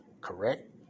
Correct